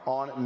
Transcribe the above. on